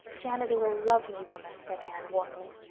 janet is a lovely woman, said anne warmly.